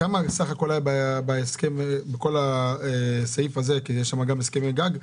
כמה סך הכול היה בהסכם בכל הסעיף הזה כי יש שם גם הסכמי גג?